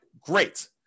great